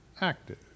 active